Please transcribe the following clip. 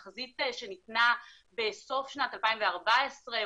תחזית שניתנה בסוף שנת 2014,